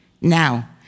Now